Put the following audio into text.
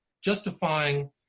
justifying